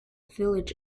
village